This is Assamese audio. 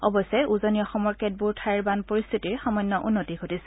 অৱশ্যে উজনি অসমৰ কেতবোৰ ঠাইৰ বান পৰিস্থিতিৰ সামান্য উন্নতি ঘটিছে